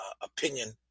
opinion